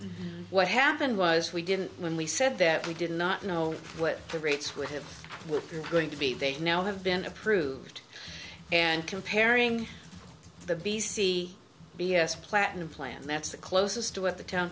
what happened was we didn't when we said that we did not know what the rates with him were going to be they now have been approved and comparing the b c b s platinum plan that's the closest to what the town